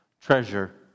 Treasure